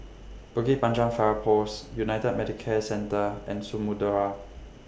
Bukit Panjang Fire Post United Medicare Centre and Samudera